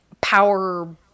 power